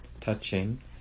touching